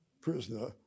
prisoner